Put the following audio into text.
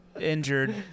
injured